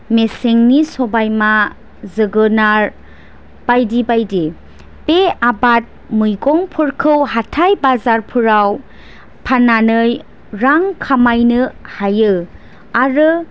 मेसेंनि सबाइमा जोगोनार बायदि बायदि बे आबाद मैगंफोरखौ हाथाय बाजारफोराव फाननानै रां खामायनो हायो आरो